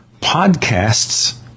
podcasts